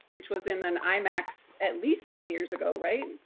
which was in an imax at least ten years ago. right?